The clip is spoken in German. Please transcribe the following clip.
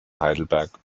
heidelberg